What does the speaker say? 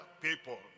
people